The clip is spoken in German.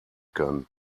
kann